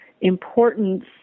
importance